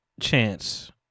chance